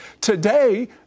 today